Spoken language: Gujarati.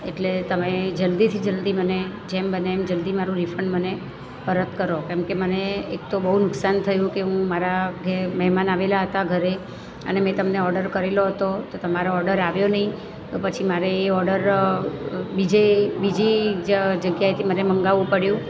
એટલે તમે જલ્દીથી જલ્દી મને જેમ બને એમ જેલ્દી મારું રિફંડ મને પરત કરો કેમ કે મને એક તો બહુ નુકસાન થયું કે હું મારા ઘરે મહેમાન આવેલા હતા ઘરે અને મેં તમને ઓડર કરેલો હતો તો તમારો ઓડર આવ્યો નહિ તો પછી મારે એ ઓડર બીજે બીજી જ જગ્યાએથી મારે મંગાવવું પડ્યું